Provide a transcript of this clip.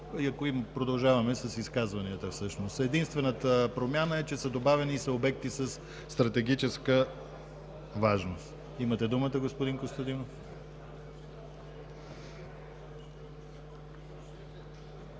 досега. Продължаваме с изказванията. Единствената промяна е, че са добавени „и са обекти със стратегическа важност“. Имате думата, господин Костадинов.